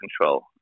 control